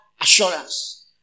assurance